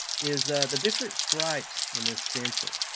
is ah the different stripes in this stencil.